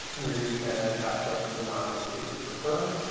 where you can ask questions anonymously if you prefer.